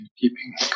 keeping